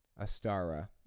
Astara